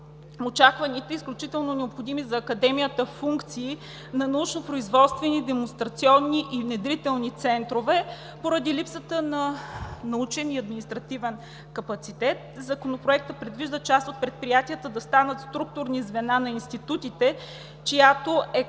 очакваните изключително необходими за Академията функции на научно-производствени, демонстрационни и внедрителни центрове поради липсата на научен и административен капацитет. Законопроектът предвижда част от предприятията да станат структурни звена на институтите, чиято